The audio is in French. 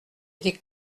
des